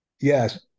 Yes